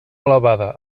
elevada